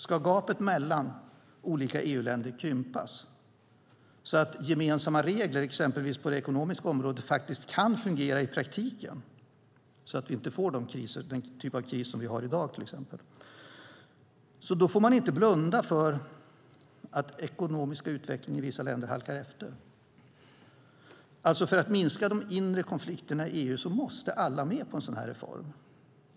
Ska gapet mellan olika EU-länder krympas så att gemensamma regler, exempelvis på det ekonomiska området, kan fungera i praktiken, så att vi inte får den typ av kris som vi har i dag till exempel, får man inte blunda för att den ekonomiska utvecklingen i vissa länder halkar efter. För att minska de inre konflikterna i EU måste alla med på en sådan här reform.